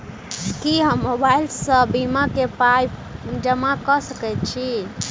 की हम मोबाइल सअ बीमा केँ पाई जमा कऽ सकैत छी?